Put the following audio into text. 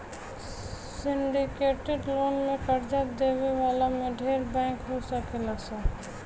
syndicated loan में कर्जा देवे वाला में ढेरे बैंक हो सकेलन सा